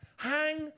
Hang